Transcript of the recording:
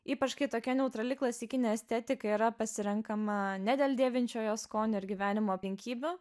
ypač kai tokia neutrali klasikinė estetika yra pasirenkama ne dėl dėvinčiojo skonio ir gyvenimo aplinkybių